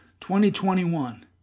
2021